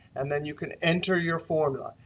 and then you can enter your formula.